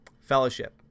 Fellowship